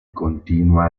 continua